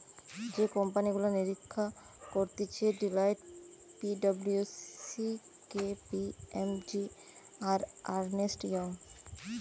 যে কোম্পানি গুলা নিরীক্ষা করতিছে Deloitte, P W C, K P M G, আর আর্নেস্ট ইয়ং